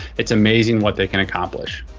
it's amazing what they can accomplish.